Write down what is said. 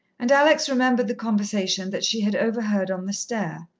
and alex remembered the conversation that she had overheard on the stair.